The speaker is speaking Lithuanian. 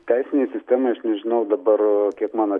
teisinei sistemai nežinau dabar kiek mano